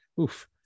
Oof